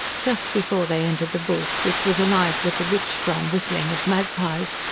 just before they entered the bush, which was alive with the rich, strong whistling of magpies,